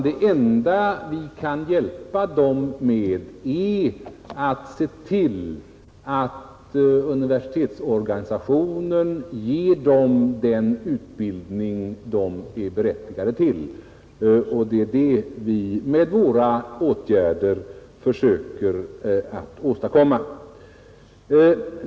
Det enda vi kan hjälpa dem med är att se till att universitetsorganisationen ger dem den utbildning de är berättigade till — vilket vi med våra åtgärder försöker åstadkomma.